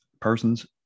persons